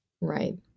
Right